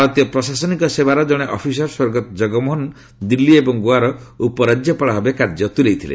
ଭାରତୀୟ ପ୍ରଶାସନିକ ସେବାର ଜଣେ ଅଫିସର ସ୍ୱର୍ଗତ ଜଗମୋହନ ଦିଲ୍ଲୀ ଏବଂ ଗୋଆର ଉପରାଜ୍ୟପାଳ ଭାବେ କାର୍ଯ୍ୟ ତୁଲାଇଥିଲେ